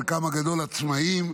חלקם הגדול עצמאים,